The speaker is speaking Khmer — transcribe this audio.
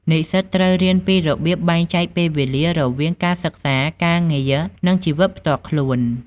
និស្សិតត្រូវរៀនពីរបៀបបែងចែកពេលវេលារវាងការសិក្សា ការងារ និងជីវិតផ្ទាល់ខ្លួន។